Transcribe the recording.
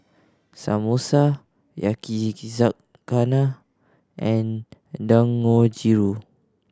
Samosa Yaki zakana and Dangojiru